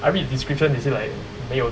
I read description they say like 没有